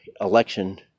election